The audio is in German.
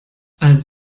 als